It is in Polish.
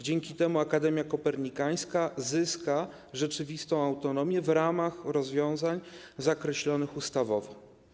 Dzięki temu Akademia Kopernikańska zyska rzeczywistą autonomię w ramach rozwiązań określonych ustawowo.